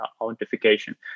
authentication